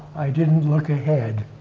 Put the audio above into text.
i didn't look ahead.